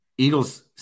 Eagles